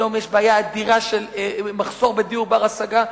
היום יש בעיה אדירה של מחסור בדיור בר-השגה,